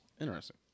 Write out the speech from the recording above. Interesting